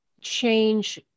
change